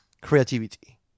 creativity